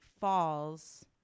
falls